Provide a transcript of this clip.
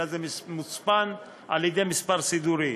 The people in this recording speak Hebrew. אלא זה מוצפן על-ידי מספר סידורי.